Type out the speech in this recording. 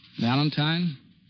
Valentine